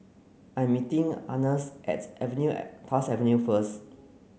I'm meeting Earnest at Avenue Tuas Avenue first